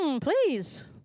Please